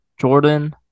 Jordan